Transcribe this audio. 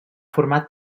format